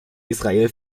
israel